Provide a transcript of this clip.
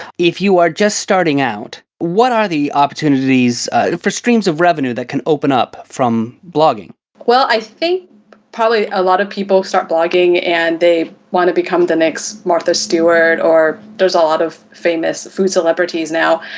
if you are just starting out, what are the opportunities for streams of revenue that can open up from blogging? anita well, i think probably a lot of people start blogging and they want to become the next martha stewart or there's a lot of famous food celebrities now.